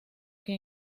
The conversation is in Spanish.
que